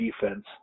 defense